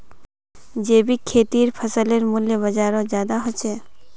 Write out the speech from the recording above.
जैविक खेतीर फसलेर मूल्य बजारोत ज्यादा होचे